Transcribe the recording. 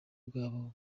bwabo